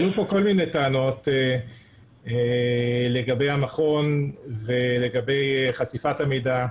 עלו פה כל מיני טענות לגבי המכון ולגבי חשיפת המידע,